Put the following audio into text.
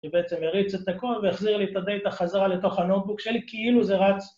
‫הוא בעצם הריץ את הכול ‫והחזיר לי את הדאטה חזרה לתוך הנוטבוק שלי כאילו זה רץ.